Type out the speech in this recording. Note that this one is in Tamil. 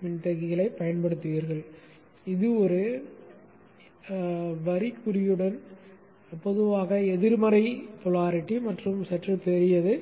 மின்தேக்கிகளைப் பயன்படுத்துவீர்கள் இது வரிக் குறியுடன் பொதுவாக எதிர்மறை துருவமுனைப்பு மற்றும் சற்று பெரியது